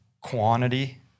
quantity